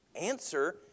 answer